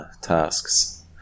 tasks